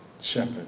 Shepherd